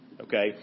Okay